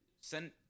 send